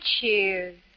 cheers